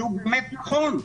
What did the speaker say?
שהוא באמת נכון,